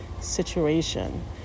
situation